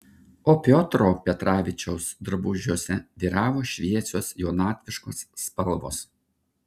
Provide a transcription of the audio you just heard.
o piotro petravičiaus drabužiuose vyravo šviesios jaunatviškos spalvos